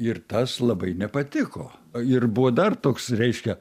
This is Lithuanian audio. ir tas labai nepatiko ir buvo dar toks reiškia